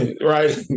Right